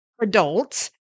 adults